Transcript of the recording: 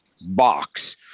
box